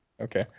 Okay